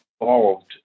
involved